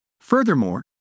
Furthermore